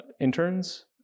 interns